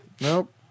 Nope